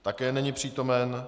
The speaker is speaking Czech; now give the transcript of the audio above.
Také není přítomen.